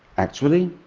actually,